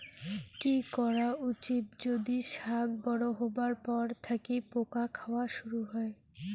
কি করা উচিৎ যদি শাক বড়ো হবার পর থাকি পোকা খাওয়া শুরু হয়?